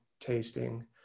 tasting